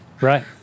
Right